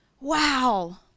Wow